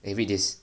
eh read this